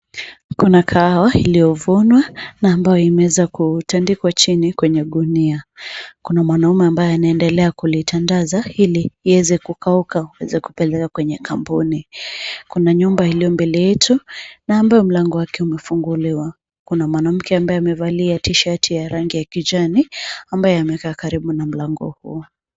Kuna kahawa iliyovunwa na ambayo imeweza kutandikwa chini kwenye gunia. Kuna mwanaume ambaye anaendelea kulitandaza ili iweze kukauka uweze kupelekwa kwenye kampuni. Kuna nyumba iliyo mbele yetu na ambayo mlango wake umefunguliwa. Kuna mwanamke ambaye amevalia tishati ya rangi ya kijani, ambaye amekaa karibu na mlango huo.